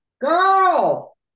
Girl